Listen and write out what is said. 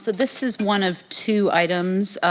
so this is one of two items,